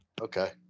Okay